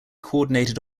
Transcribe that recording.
coordinated